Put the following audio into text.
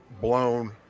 blown